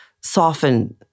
soften